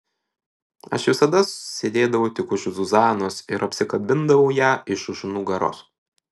aš visada sėdėdavau tik už zuzanos ir apsikabindavau ją iš už nugaros